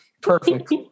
Perfect